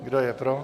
Kdo je pro?